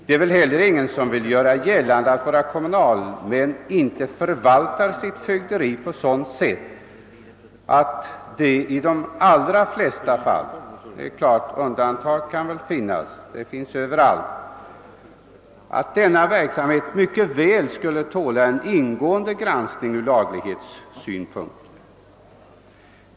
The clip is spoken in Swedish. Det är väl heller ingen som vill göra gällande att våra kommunalmän inte förvaltar sitt fögderi på ett sådant sätt att i de allra flesta fall — undantag kan finnas överallt — verksamheten mycket väl skulle tåla en ingående granskning ur laglighetssynpunkt.